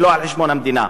ולא על חשבון המדינה.